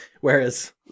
whereas